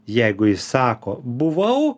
jeigu jis sako buvau